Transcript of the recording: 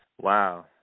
wow